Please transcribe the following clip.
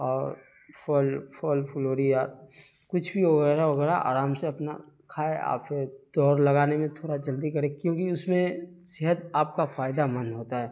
اور پھل پھل پھلوری کچھ بھی وغیرہ وغیرہ آرام سے اپنا کھائے اور پھر دوڑ لگانے میں تھورا جلدی کرے کیونکہ اس میں صحت آپ کا فائدہ مند ہوتا ہے